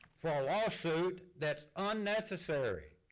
for a lawsuit that's unnecessary.